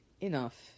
enough